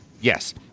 Yes